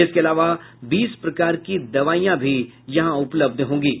इसके अलावा बीस प्रकार की दवाईयां उपलब्ध होगीं